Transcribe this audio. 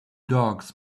dogs